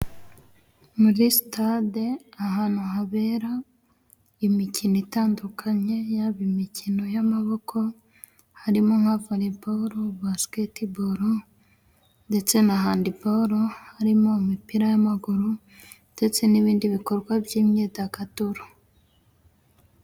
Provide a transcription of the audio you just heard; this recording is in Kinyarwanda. Muri sitade ahantu habera imikino itandukanye yaba imikino y'amaboko harimo nka volleyball ,basketball ndetse na handi baul harimo imipira w'amaguru ndetse n'ibindi bikorwa by'imyidagaduro.